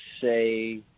say